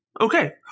Okay